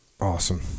awesome